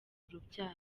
urubyaro